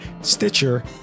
Stitcher